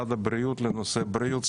למשרד הבריאות לנושא בריאות.